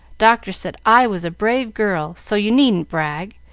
doctor said i was a brave girl, so you needn't brag,